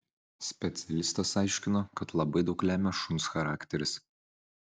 specialistas aiškino kad labai daug lemia šuns charakteris